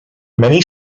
many